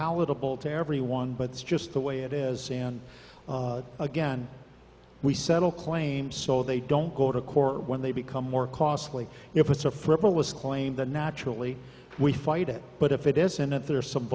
palatable to everyone but it's just the way it is sand again we settle claims so they don't go to court when they become more costly if it's a frivolous claim that naturally we fight it but if it isn't there some